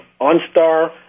OnStar